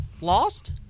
lost